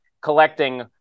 collecting